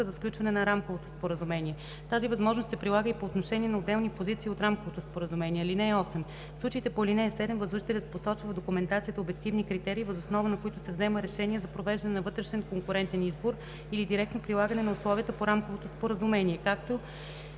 за сключване на рамковото споразумение. Тази възможност се прилага и по отношение на отделни позиции от рамковото споразумение. (8) В случаите по ал. 7 възложителят посочва в документацията обективни критерии, въз основа на които се взема решение за провеждане на вътрешен конкурентен избор или директно прилагане на условията по рамковото споразумение, както